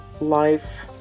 life